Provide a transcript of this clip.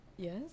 Yes